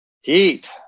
Heat